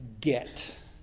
get